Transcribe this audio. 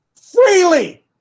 freely